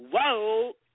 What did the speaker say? whoa